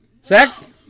Sex